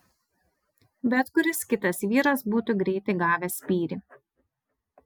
bet kuris kitas vyras būtų greitai gavęs spyrį